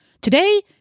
Today